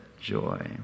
joy